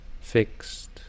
fixed